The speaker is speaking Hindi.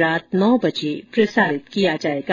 रात नौ बजे प्रसारित किया जाएगा